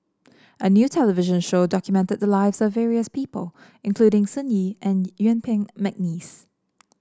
a new television show documented the lives of various people including Sun Yee and Yuen Peng McNeice